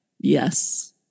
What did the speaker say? Yes